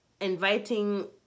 inviting